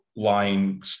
Line